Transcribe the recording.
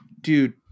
Dude